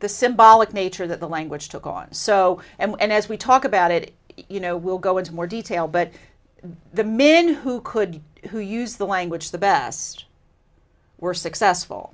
the symbolic nature that the language took on so and as we talk about it you know we'll go into more detail but the men who could who use the language the best were successful